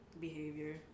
behavior